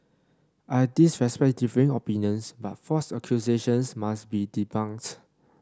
I respect differing opinions but false accusations must be debunked